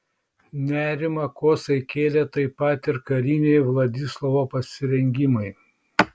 nerimą kosai kėlė taip pat ir kariniai vladislovo pasirengimai